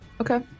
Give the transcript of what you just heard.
Okay